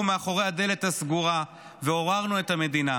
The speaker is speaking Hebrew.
מאחורי הדלת הסגורה ועוררנו את המדינה.